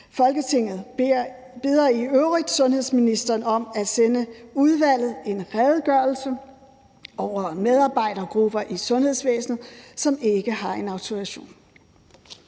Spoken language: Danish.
Folketinget beder i øvrigt sundhedsministeren om at sende udvalget en redegørelse over medarbejdergrupper i sundhedsvæsenet, som ikke har en autorisation.«